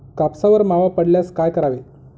कापसावर मावा पडल्यास काय करावे?